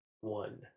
one